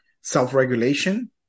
self-regulation